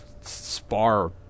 spar